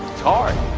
hard